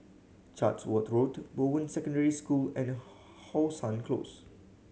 Chatsworth Road Bowen Secondary School and How Sun Close